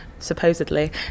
supposedly